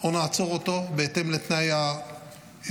או נעצור אותו, בהתאם לתנאי הסביבה.